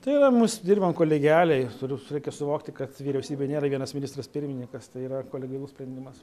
tai yra mūsų dirbam kolegialiai turim reikia suvokti kad vyriausybė nėra vienas ministras pirmininkas tai yra kolegialus sprendimas